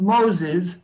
Moses